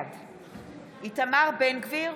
בעד איתמר בן גביר,